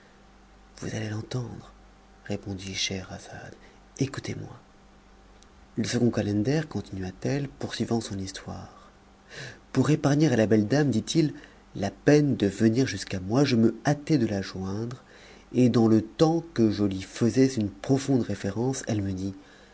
vous l'allez entendre répondit scheherazade écoutez-moi le second calender continua-t-elle poursuivant son histoire pour épargner à la belle dame dit-il la peine de venir jusqu'à moi je me hâtai de la joindre et dans le temps que je lui faisais une profonde révérence elle me dit